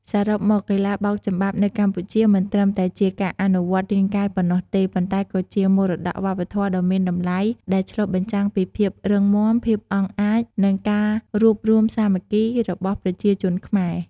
សរុបមក កីឡាបោកចំបាប់នៅកម្ពុជាមិនត្រឹមតែជាការអនុវត្តរាងកាយប៉ុណ្ណោះទេ ប៉ុន្តែក៏ជាមរតកវប្បធម៌ដ៏មានតម្លៃដែលឆ្លុះបញ្ចាំងពីភាពរឹងមាំ ភាពអង់អាច និងការរួបរួមសាមគ្គីរបស់ប្រជាជនខ្មែរ។